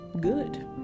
good